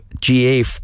GA